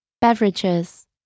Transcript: Beverages